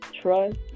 trust